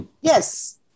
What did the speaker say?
Yes